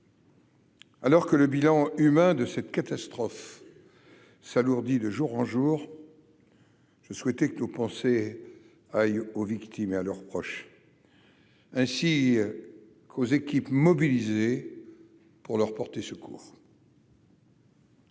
Alors que le bilan humain de cette catastrophe s'alourdit de jour en jour, nos premières pensées vont aux victimes et à leurs proches, ainsi qu'aux équipes mobilisées pour leur porter secours.